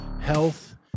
health